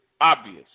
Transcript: obvious